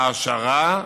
ההעשרה,